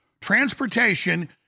transportation